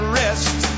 rest